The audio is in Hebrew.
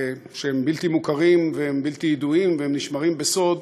שהם בלתי מוכרים ובלתי ידועים והם נשמרים בסוד,